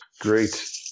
great